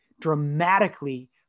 dramatically